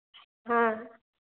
हाँ